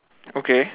okay